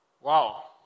Wow